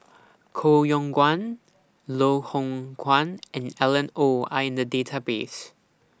Koh Yong Guan Loh Hoong Kwan and Alan Oei Are in The Database